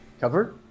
cover